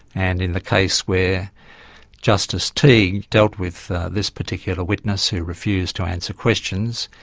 and in the case where justice teague dealt with this particular witness who refused to answer questions,